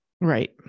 right